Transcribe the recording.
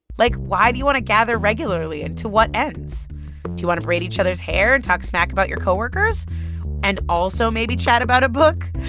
like, why do you want to gather regularly and to what ends? do you want to braid each other's hair and talk smack about your co-workers and also maybe chat about a book?